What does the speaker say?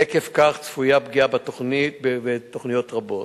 עקב כך, צפויה פגיעה בתוכנית ובתוכניות רבות.